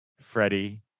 Freddie